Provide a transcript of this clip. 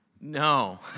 No